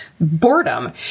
boredom